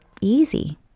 easy